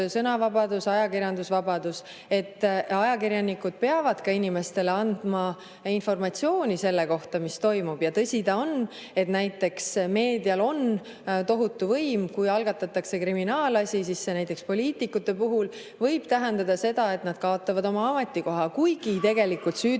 ajakirjandusvabadus. Ajakirjanikud peavad inimestele andma informatsiooni selle kohta, mis toimub. Ja tõsi on, et meedial on tohutu võim. Kui algatatakse kriminaalasi, siis näiteks poliitikute puhul võib see tähendada seda, et nad kaotavad oma ametikoha, kuigi süütuse